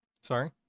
Sorry